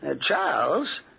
Charles